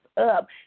up